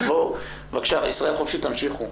בבקשה, ישראל חופשית, תמשיכו.